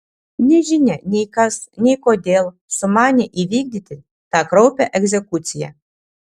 nežinia nei kas nei kodėl sumanė įvykdyti tą kraupią egzekuciją